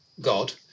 God